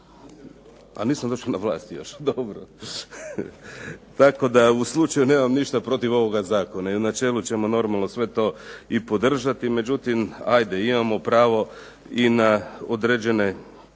A nisam došao na vlast još, dobro. Tako da u slučaju nemam ništa protiv ovoga zakona jer u načelu ćemo normalno sve to i podržati. Međutim, imamo pravo i na određene,